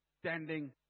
standing